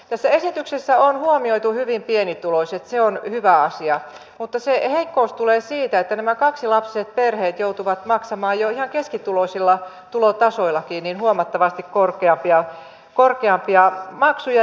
tässä esityksessä on huomioitu hyvin pienituloiset se on hyvä asia mutta se heikkous tulee siitä että kaksilapsiset perheet joutuvat maksamaan jo ihan keskituloisillakin tulotasoilla huomattavasti korkeampia maksuja